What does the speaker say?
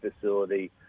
facility